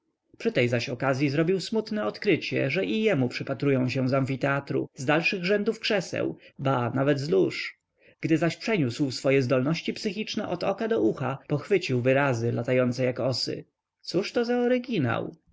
tej zaś okazyi zrobił smutne odkrycie że i jemu przypatrują się z amfiteatru z dalszych rzędów krzeseł ba nawet z lóż gdy zaś przeniósł swoje zdolności psychiczne od oka do ucha pochwycił wyrazy latające jak osy cóż to za